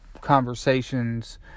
conversations